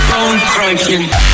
Bone-crunching